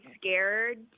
scared